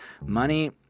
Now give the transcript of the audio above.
Money